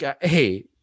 hey